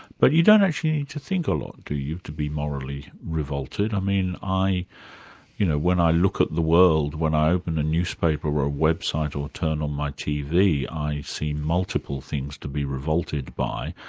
but you don't actually need to think a lot, do you, to be morally revolted. i mean you know when i look at the world, when i open a newspaper or website or turn on my tv, i see multiple things to be revolted by,